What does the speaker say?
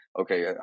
okay